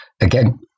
Again